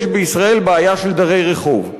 יש בישראל בעיה של דרי-רחוב.